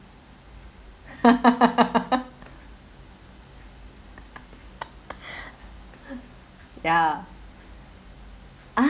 ya uh